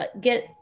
get